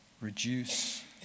Reduce